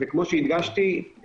כמו שהדגשתי,